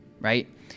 right